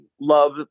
love